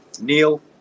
Neil